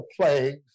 plagues